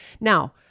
Now